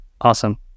Awesome